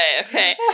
okay